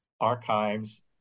archives